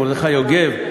מרדכי יוגב,